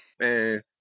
Man